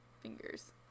fingers